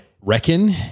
reckon